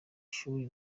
shuli